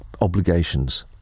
obligations